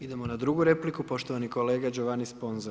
Idemo na drugu repliku poštovani kolega Giovanni Sponza.